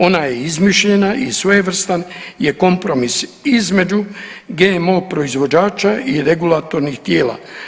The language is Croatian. Ona je izmišljena i svojevrstan je kompromis između GMO proizvođača i regulatornih tijela.